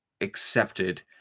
accepted